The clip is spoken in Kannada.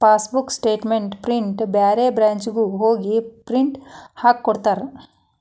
ಫಾಸ್ಬೂಕ್ ಸ್ಟೇಟ್ಮೆಂಟ್ ಪ್ರಿಂಟ್ನ ಬ್ಯಾರೆ ಬ್ರಾಂಚ್ನ್ಯಾಗು ಹೋಗಿ ಪ್ರಿಂಟ್ ಹಾಕಿಕೊಡ್ತಾರ